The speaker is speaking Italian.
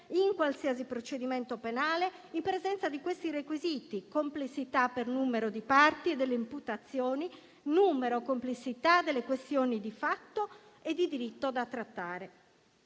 in qualsiasi procedimento penale in presenza dei seguenti requisiti: complessità per numero di parti delle imputazioni; numero e complessità delle questioni di fatto e di diritto da trattare.